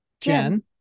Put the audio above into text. Jen